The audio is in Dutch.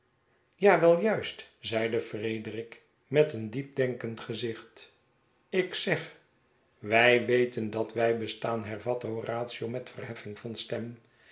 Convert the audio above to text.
ja wel juist zeide frederik met een diepdenkend gezicht ik zeg wij weten dat wij bestaan hervatte horatio met verheffing van stem